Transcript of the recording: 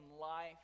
life